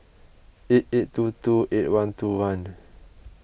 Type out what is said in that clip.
eight eight two two eight one two one